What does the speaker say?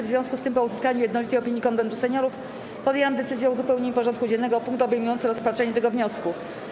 W związku z tym, po uzyskaniu jednolitej opinii Konwentu Seniorów, podjęłam decyzję o uzupełnieniu porządku dziennego o punkt obejmujący rozpatrzenie tego wniosku.